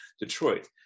Detroit